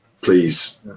Please